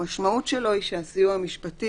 המשמעות שלו היא שהסיוע המשפטי